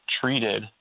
treated